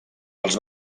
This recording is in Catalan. els